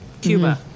cuba